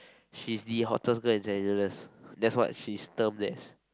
she's the hottest girl in St-Hilda's thats what she's termed as